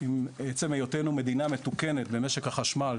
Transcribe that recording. עם עצם היותנו מדינה מתוקנת במשק החשמל,